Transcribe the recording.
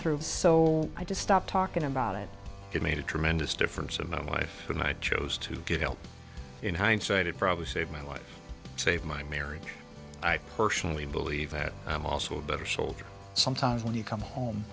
through so i just stopped talking about it it made a tremendous difference among wife and i chose to get help in hindsight it probably saved my life save my marriage i personally believe that i'm also a better soldier sometimes when you come home